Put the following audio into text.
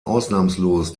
ausnahmslos